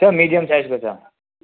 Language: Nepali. सब मिडियम साइजको छ